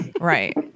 Right